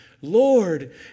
Lord